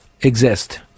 exist